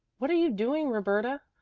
what are you doing, roberta?